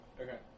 Okay